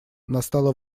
настало